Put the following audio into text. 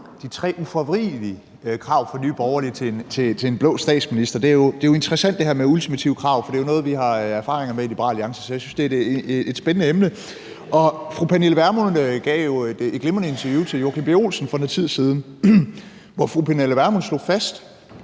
de tre ufravigelige krav fra Nye Borgerlige til en blå statsminister. Det her med ultimative krav er jo interessant, for det er noget, vi har erfaringer med i Liberal Alliance. Så jeg synes, det er et spændende emne. Fru Pernille Vermund gav jo et glimrende interview til Joachim B. Olsen for noget tid siden, hvor fru Pernille Vermund slog fast,